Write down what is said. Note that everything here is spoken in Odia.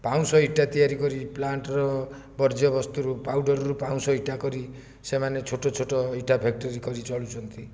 ପାଉଁଶ ଇଟା ତିଆରିକରି ପ୍ଲାଣ୍ଟ ର ବର୍ଜ୍ୟ ବସ୍ତୁରୁ ପାଉଡ଼ରରୁ ପାଉଁଶ ଇଟା କରି ସେମାନେ ଛୋଟ ଛୋଟ ଇଟା ଫେକ୍ଟରି କରି ଚଳୁଛନ୍ତି